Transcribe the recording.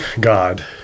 God